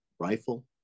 rifle